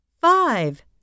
Five